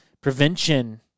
Prevention